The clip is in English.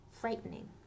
frightening